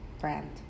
brand